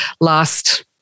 last